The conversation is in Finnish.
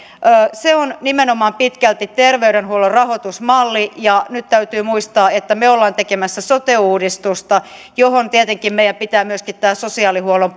se on nimenomaan pitkälti terveydenhuollon rahoitusmalli ja nyt täytyy muistaa että me olemme tekemässä sote uudistusta johon tietenkin meidän pitää myöskin tämä sosiaalihuollon